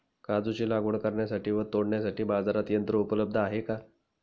काजूची लागवड करण्यासाठी व तोडण्यासाठी बाजारात यंत्र उपलब्ध आहे का?